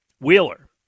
Wheeler